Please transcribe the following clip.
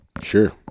Sure